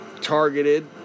targeted